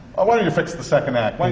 oh, why don't you fix the second act? why